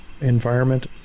environment